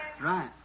Right